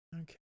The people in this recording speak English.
Okay